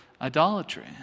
idolatry